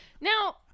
Now